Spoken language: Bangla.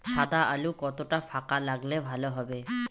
সাদা আলু কতটা ফাকা লাগলে ভালো হবে?